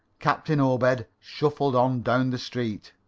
captain obed shuffled on down the street.